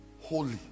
Holy